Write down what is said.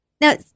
Now